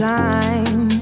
time